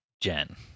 Jen